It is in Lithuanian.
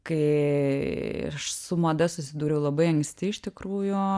kai ii aš su mada susidūriau labai anksti iš tikrųjų